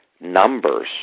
numbers